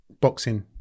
boxing